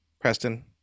Preston